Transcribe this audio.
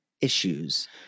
issues